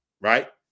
right